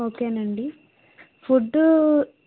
okay నండి food